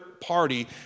party